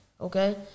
okay